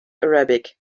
arabic